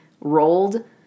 rolled